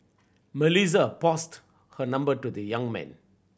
Melissa passed her number to the young man